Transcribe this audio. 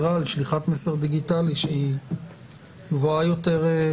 האגרה על שליחת מסר דיגיטלי שהיא גבוהה יותר.